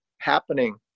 happening